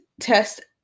test